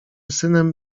synem